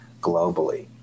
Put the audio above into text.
globally